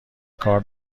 کار